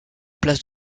place